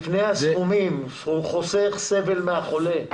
לפני הסכומים, זה חוסך סבל מהחולה.